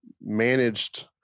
managed